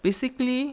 basically